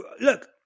Look